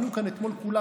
עלו פה אתמול כולם,